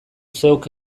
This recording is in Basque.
zeuk